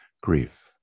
grief